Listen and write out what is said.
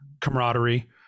camaraderie